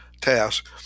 task